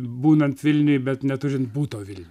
būnant vilniuj bet neturint buto vilniuj